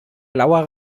blauer